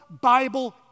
Bible